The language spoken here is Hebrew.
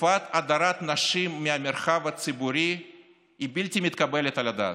תופעת הדרת נשים מהמרחב הציבורי היא בלתי מתקבלת על הדעת,